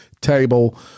table